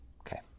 Okay